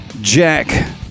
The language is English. Jack